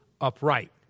upright